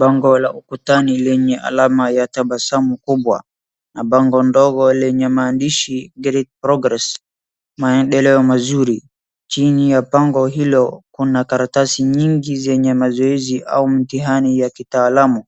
Bango la ukutani lenye alama ya tabasamu kubwa na bango ndogo lenye maandishi, "Great progress." Maendeleo mazuri. Chini ya bango hilo, kuna karatasi nyingi zenye mazoezi au mtihani ya kitaalamu.